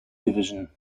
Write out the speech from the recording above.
division